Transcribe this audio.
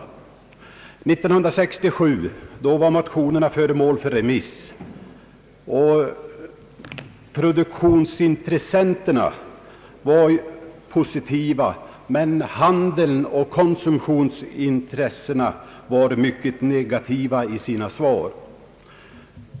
År 1967 var motionerna föremål för remiss. Produktionsintressenterna var positiva, men handeln och konsumtionsintressena mycket negativa i sina svar.